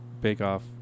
bake-off